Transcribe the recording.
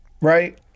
right